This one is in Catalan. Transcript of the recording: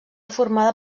formada